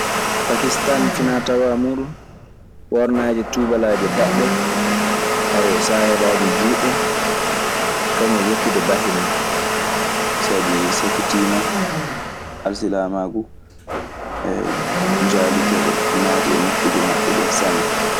Pakistane finatawa mudun, ɓornade tubamaje daɓɓe sayalaje juɗɗe e kaŋum e yopude bahe mun. Sabi sakkitiima alsilaamaaku jaaliike ɓe, naatii e nokkuuje maɓɓe ɗee sanne.